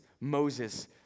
Moses